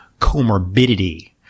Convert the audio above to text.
comorbidity